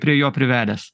prie jo privedęs